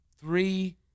three